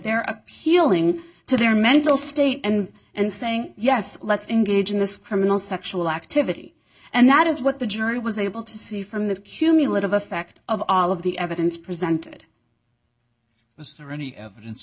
they're appealing to their mental state and and saying yes let's engage in this criminal sexual activity and that is what the jury was able to see from the cumulative effect of all of the evidence presented was there any evidence